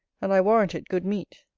and i warrant it good meat.